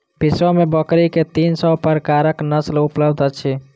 विश्व में बकरी के तीन सौ प्रकारक नस्ल उपलब्ध अछि